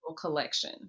collection